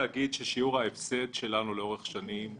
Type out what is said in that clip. ההפסד שלנו לאורך שנים,